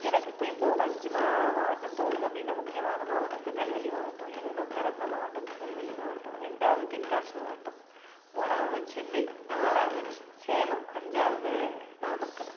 எனக்கு இப்போ என்ன ஒரு அஞ்சு மா மாவட்டம் தோணுது அப்படின்னா முக்கியமான மாவட்டம் திருநெல்வேலி மாவட்டம் ஏனால் நான் பிறந்த மாவட்டம் திருநெல்வேலி மாவட்டம் ரெண்டாவது தென்காசி மாவட்டம் மூணாவது சென்னை நாலாவது ஸ் சேலம் அஞ்சாவது நாமக்கல்